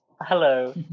Hello